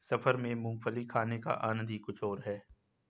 सफर में मूंगफली खाने का आनंद ही कुछ और है